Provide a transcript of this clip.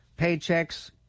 paychecks